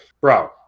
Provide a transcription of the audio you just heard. bro